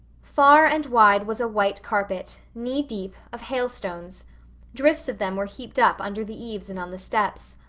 far and wide was a white carpet, knee deep, of hailstones drifts of them were heaped up under the eaves and on the steps.